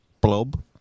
blob